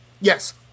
Yes